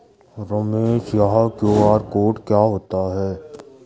रमेश यह QR code क्या होता है?